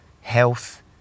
health